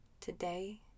today